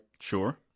Sure